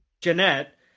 Jeanette